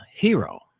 hero